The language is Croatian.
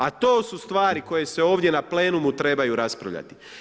A to su stvari koje se ovdje na Plenumu trebaju raspravljati.